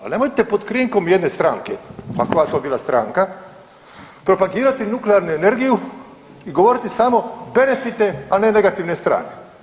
Ali nemojte pod krinkom jedne stranke, ma koja to bila stranka, propagirati nuklearnu energiju i govoriti samo benefite, a ne negativne strane.